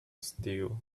still